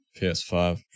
PS5